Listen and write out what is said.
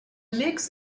mix